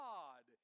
God